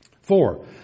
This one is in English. Four